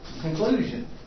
conclusion